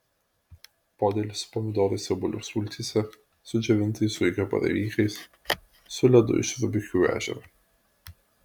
podėlis su pomidorais obuolių sultyse su džiovintais zuikio baravykais su ledu iš rubikių ežero